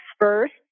first